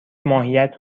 ماهیت